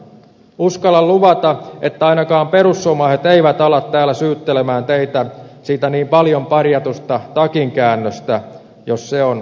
uskallan luvata että ainakaan perussuomalaiset eivät ala täällä syyttelemään teitä siitä niin paljon parjatusta takinkäännöstä jos se on pelkonanne